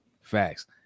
facts